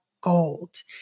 gold